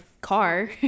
car